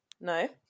No